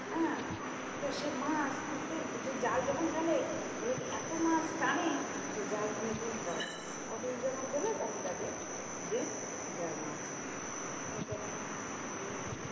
হ্যাঁ তাো সে মাছ দেখছ সে জাল যখন ফেলে বলে কি এত মাছ টানে সে জাল টেনে তুলতে পারে না কতদিন যখন তোলে তখন দেখে যে তো আর মাছই তখন